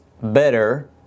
better